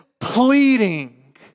pleading